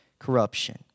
corruption